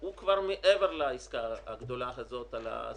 הוא כבר מעבר לעסקה הגדולה הזאת על העסקים,